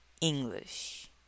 English